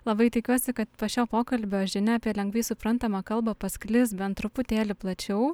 labai tikiuosi kad po šio pokalbio žinia apie lengvai suprantamą kalbą pasklis bent truputėlį plačiau